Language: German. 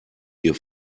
ihr